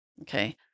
okay